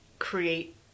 Create